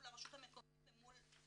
מול הרשות המקומית ומול הממשלה.